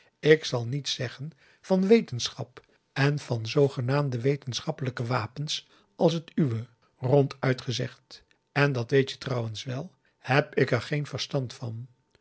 ik zal niets zeggen van wetenschap en van zoogenoemde wetenschappelijke wapens als het uwe ronduit gezegd en dat weet je trouwens wel heb ik er geen verstand van